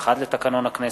151 לתקנון הכנסת.